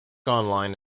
online